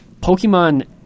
Pokemon